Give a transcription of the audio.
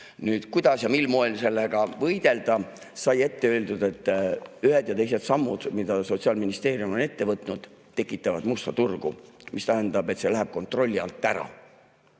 Kuidas ja mil moel sellega võidelda? Sai ette öeldud, et ühed ja teised sammud, mida Sotsiaalministeerium on ette võtnud, tekitavad musta turu, mis tähendab, et see läheb kontrolli alt välja.